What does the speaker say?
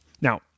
now